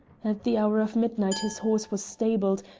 at the hour of midnight his horse was stabled,